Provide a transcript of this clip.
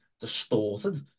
distorted